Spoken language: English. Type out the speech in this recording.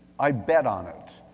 i bet on it,